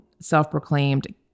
self-proclaimed